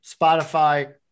Spotify